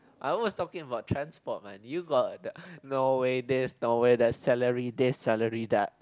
I was talking about transport man you brought the no way this no way that salary this salary that